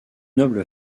noble